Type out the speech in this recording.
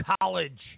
College